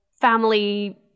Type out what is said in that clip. family